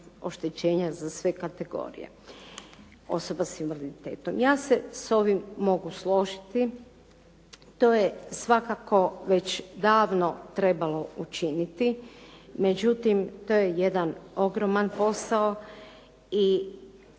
oštećenja za sve kategorije osoba s invaliditetom. Ja se s ovim mogu složiti. To je svakako već davno trebalo učiniti. Međutim, to je jedan ogroman posao i